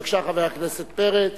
בבקשה, חבר הכנסת פרץ.